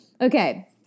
Okay